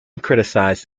criticised